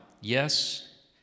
yes